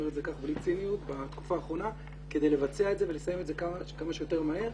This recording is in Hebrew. את זה בלי ציניות - כדי לבצע את זה ולסיים את זה כמה שיותר מהר.